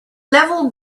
level